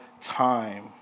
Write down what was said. time